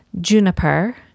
juniper